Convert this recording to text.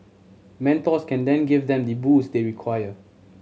mentors can then give them the boost they require